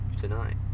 tonight